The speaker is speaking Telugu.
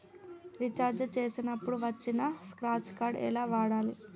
రీఛార్జ్ చేసినప్పుడు వచ్చిన స్క్రాచ్ కార్డ్ ఎలా వాడాలి?